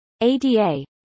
ADA